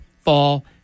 fall